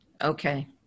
Okay